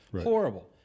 Horrible